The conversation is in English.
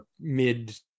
mid